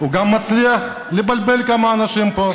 הוא גם מצליח לבלבל כמה אנשים פה.